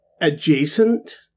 adjacent